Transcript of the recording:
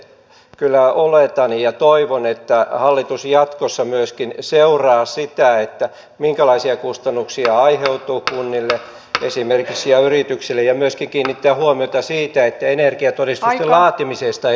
itse kyllä oletan ja toivon että hallitus jatkossa myöskin seuraa sitä minkälaisia kustannuksia aiheutuu esimerkiksi kunnille ja yrityksille ja myöskin kiinnittää huomiota siihen että energiatodistusten laatimisesta ei tule kohtuuttomia